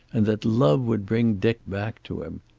and that love would bring dick back to him.